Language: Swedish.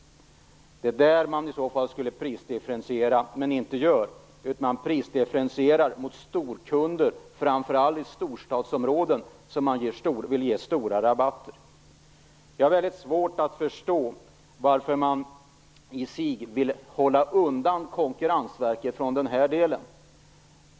Det är där man i så fall skulle prisdifferentiera men inte gör det. Man prisdifferentierar mot storkunder, framför allt i storstadsområden, som man vill ge stora rabatter. Jag har väldigt svårt att förstå varför man i sig vill hålla undan Konkurrensverket från den här delen.